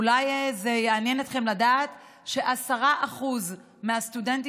אולי זה יעניין אתכם לדעת ש-10% מהסטודנטים